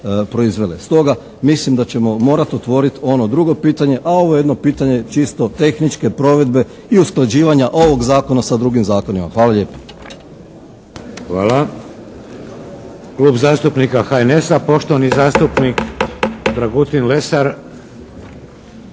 Stoga mislim da ćemo morati otvoriti ono drugo pitanje, a ovo jedno pitanje čisto tehničke provedbe i usklađivanja ovog Zakona sa drugim zakonima. Hvala lijepo.